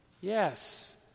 Yes